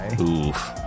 Oof